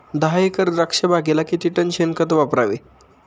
दहा एकर द्राक्षबागेला किती टन शेणखत वापरावे?